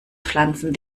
pflanzen